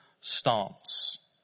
stance